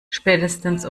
spätestens